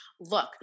Look